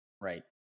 Right